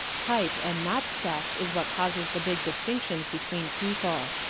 type and not sex is what causes the big distinctions between people.